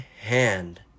hand